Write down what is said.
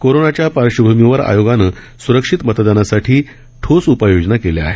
कोरोनाच्या पार्श्वभूमीवर आयोगाने स्रक्षित मतदानासाठी ठोस उपाययोजना केल्या आहेत